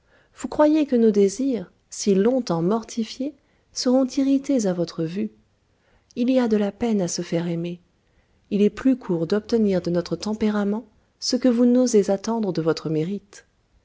vous croyez que nos désirs si longtemps mortifiés seront irrités à votre vue il y a de la peine à se faire aimer il est plus court d'obtenir de notre tempérament ce que vous n'osez attendre de votre mérite